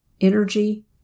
energy